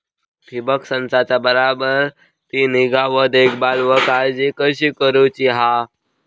ठिबक संचाचा बराबर ती निगा व देखभाल व काळजी कशी घेऊची हा?